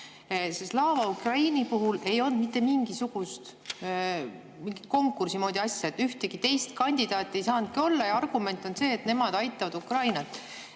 Slava Ukraini puhul ei olnud mitte mingisugust konkursi moodi asja. Ühtegi teist kandidaati ei saanudki olla. Ja argument on see, et nemad aitavad Ukrainat.